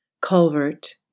culvert